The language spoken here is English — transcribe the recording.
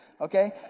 okay